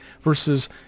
versus